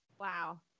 Wow